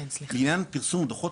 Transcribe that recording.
לעניין פרסום הדוחות,